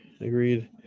agreed